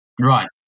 Right